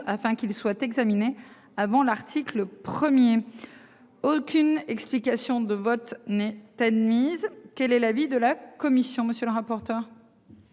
afin qu'il soit examiné avant l'article. 1er. Aucune explication de vote n'est admise, quel est l'avis de la commission. Monsieur le rapporteur.